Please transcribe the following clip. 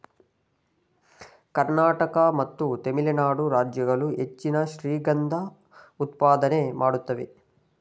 ಕರ್ನಾಟಕ ಮತ್ತು ತಮಿಳುನಾಡು ರಾಜ್ಯಗಳು ಹೆಚ್ಚಿನ ಶ್ರೀಗಂಧ ಉತ್ಪಾದನೆ ಮಾಡುತ್ತೇವೆ